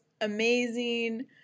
amazing